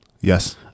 Yes